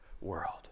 world